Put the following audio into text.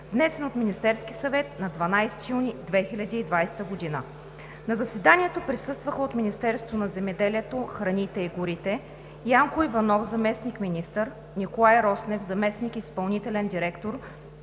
внесен от Министерския съвет на 12 юни 2020 г. На заседанието присъстваха: от Министерството на земеделието, храните и горите Янко Иванов – заместник-министър, Николай Роснев – заместник изпълнителен директор